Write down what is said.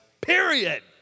period